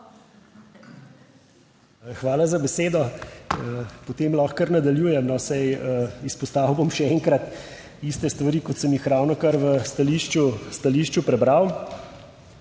Hvala za besedo. Potem lahko kar nadaljujem, saj izpostavil bom še enkrat iste stvari, kot sem jih ravnokar v stališču prebral.